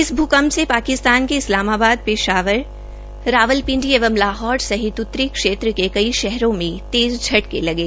इस भूकंप से पाकिस्तान के इस्लामाबाद पेशावर रावलपिंडी एवं लाहौर सहित उतरी क्षेत्र के कई शहरों में तेज़ झटके लगे